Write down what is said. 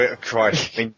Christ